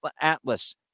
Atlas